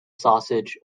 sausage